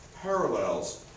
parallels